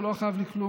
הוא לא חייב לי כלום.